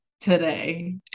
today